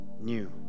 new